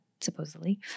supposedly